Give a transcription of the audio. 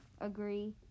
Agree